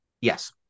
Yes